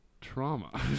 trauma